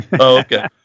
okay